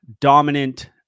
dominant